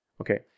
Okay